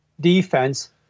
defense